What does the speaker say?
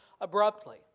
abruptly